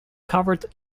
covered